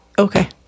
Okay